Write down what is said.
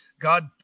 God